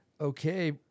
Okay